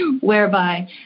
whereby